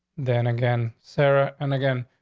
then again, sarah and again,